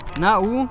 nau